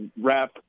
wrap